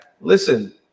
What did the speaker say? listen